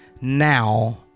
now